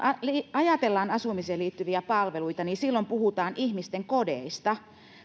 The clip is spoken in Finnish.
ajatellaan asumiseen liittyviä palveluita niin silloin puhutaan ihmisten kodeista